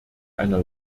einer